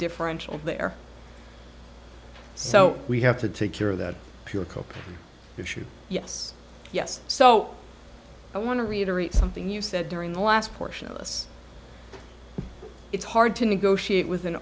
differential there so we have to take care of that pure coke issue yes yes so i want to reiterate something you said during the last portion of this it's hard to negotiate with an